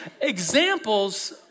examples